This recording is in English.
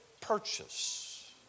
purchase